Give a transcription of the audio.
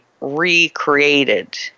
recreated